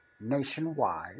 nationwide